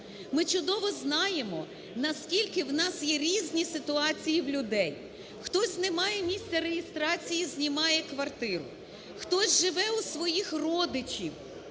Ми чудово знаємо наскільки у нас є різні ситуації в людей: хтось не має місця реєстрації, знімає квартиру, хтось живе у своїх родичів,